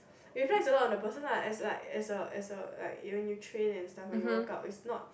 reflect on a lot of person lah as like as a as a like even you train and stuff you workout is not